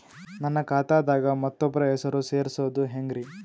ನನ್ನ ಖಾತಾ ದಾಗ ಮತ್ತೋಬ್ರ ಹೆಸರು ಸೆರಸದು ಹೆಂಗ್ರಿ?